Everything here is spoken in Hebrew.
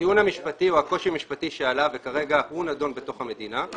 הטיעון המשפטי או הקושי המשפטי שעלה וכרגע הוא נדון בתוך המדינה,